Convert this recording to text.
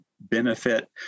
benefit